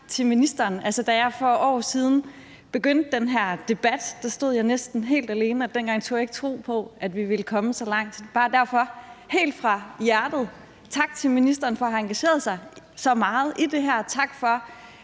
tak til ministeren.